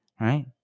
Right